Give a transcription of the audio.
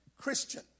Christian